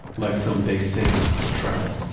like some big salmon, or trout.